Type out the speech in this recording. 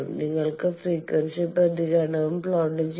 നിങ്ങൾക്ക് ഫ്രീക്വൻസി പ്രതികരണവും പ്ലോട്ട് ചെയ്യാം